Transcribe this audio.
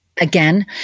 again